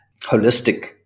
holistic